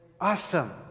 Awesome